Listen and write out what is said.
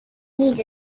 needs